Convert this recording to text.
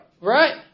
right